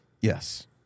Yes